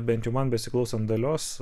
bent jau man besiklausant dalios